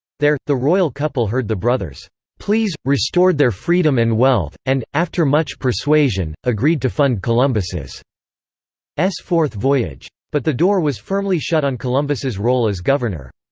there, the royal couple heard the brothers' pleas restored their freedom and wealth and, after much persuasion, agreed to fund columbus's fourth voyage. but the door was firmly shut on columbus's role as governor.